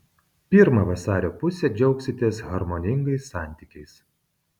pirmą vasario pusę džiaugsitės harmoningais santykiais